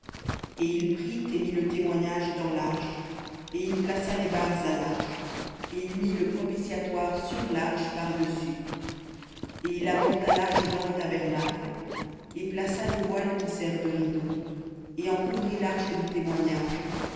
et il prit et mit le témoignage dans l'arche et il plaça les barres à l'arche et il mit le propitiatoire sur l'arche par-dessus et il apporta l'arche dans le tabernacle et plaça le voile qui sert de rideau et en couvrit l'arche du témoignage